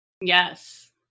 Yes